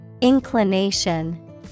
Inclination